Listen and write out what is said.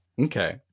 okay